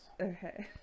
Okay